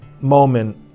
moment